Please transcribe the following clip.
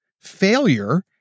failure